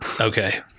Okay